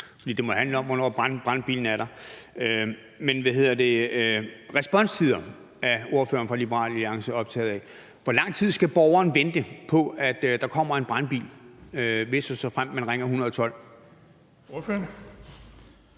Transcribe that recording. det handler om, hvornår brandbilen er der. Responstider er ordføreren for Liberal Alliance optaget af. Hvor lang tid skal borgeren vente på, at der kommer en brandbil, hvis og såfremt man ringer